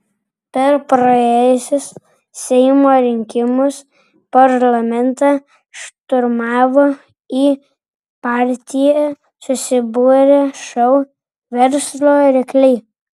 per praėjusius seimo rinkimus parlamentą šturmavo į partiją susibūrę šou verslo rykliai